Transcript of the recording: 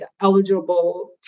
eligible